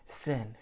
sin